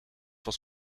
was